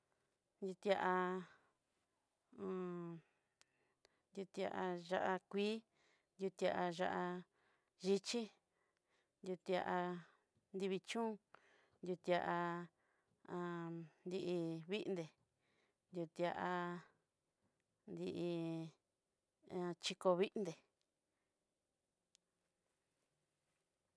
Itia itiyá kuii yuté ayá xhichí, yutéa diví chón yute divindé, yutéa di'i ikovindé.